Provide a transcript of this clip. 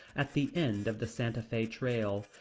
at the end of the santa fe trail,